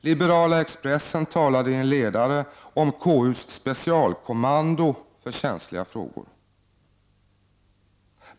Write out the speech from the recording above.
Liberala Expressen talar i en ledare om KUs specialkommando för känsliga frågor.